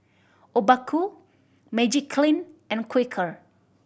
Obaku Magiclean and Quaker